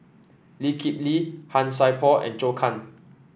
Lee Kip Lee Han Sai Por and Zhou Can